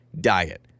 diet